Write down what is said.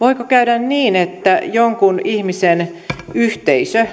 voiko käydä niin että jonkun ihmisen yhteisö